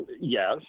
yes